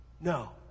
No